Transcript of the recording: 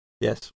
Yes